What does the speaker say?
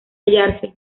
hallarse